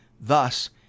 thus